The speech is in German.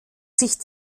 sicht